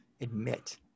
admit